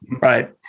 right